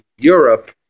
Europe